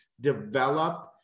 develop